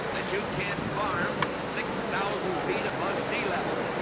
that you can't farm six thousand feet above sea level.